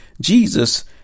jesus